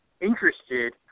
interested